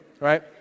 right